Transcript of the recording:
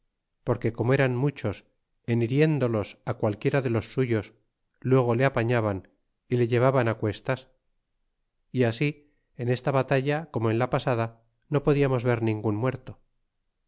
porque como eran muchos en hirióndolos á qualquiera de los suyos luego le apañaban y le llevaban á cuestas y así en esta batalla como en la pasada no podiamos ver ningun muerto